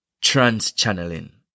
trans-channeling